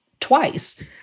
twice